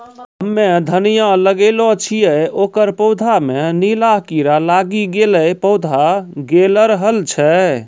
हम्मे धनिया लगैलो छियै ओकर पौधा मे नीला कीड़ा लागी गैलै पौधा गैलरहल छै?